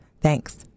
Thanks